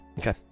Okay